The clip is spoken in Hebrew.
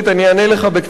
אני אענה לך בקצרה,